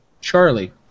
Charlie